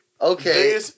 okay